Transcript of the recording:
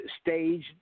staged